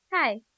Hi